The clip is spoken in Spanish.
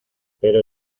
pero